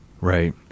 Right